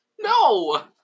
No